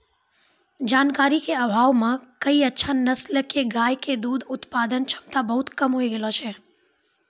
जानकारी के अभाव मॅ कई अच्छा नस्ल के गाय के दूध उत्पादन क्षमता बहुत कम होय गेलो छै